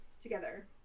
together